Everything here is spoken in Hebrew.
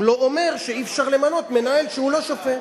לא אומר שאי-אפשר למנות מנהל שהוא לא שופט.